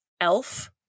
elf